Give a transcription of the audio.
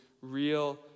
real